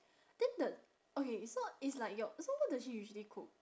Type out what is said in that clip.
then the okay so it's like your so what does she usually cook